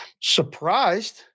Surprised